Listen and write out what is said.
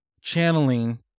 channeling